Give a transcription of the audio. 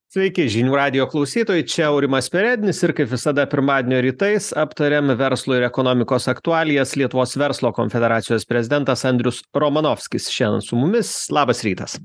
sveiki žinių radijo klausytojai čia aurimas perednis ir kaip visada pirmadienio rytais aptariam verslo ir ekonomikos aktualijas lietuvos verslo konfederacijos prezidentas andrius romanovskis šiandien su mumis labas rytas